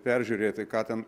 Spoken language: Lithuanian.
peržiūrėti ką ten